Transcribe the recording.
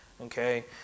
okay